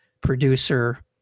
producer